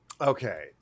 Okay